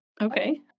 okay